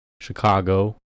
Chicago